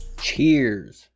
Cheers